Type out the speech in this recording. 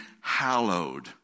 hallowed